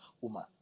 woman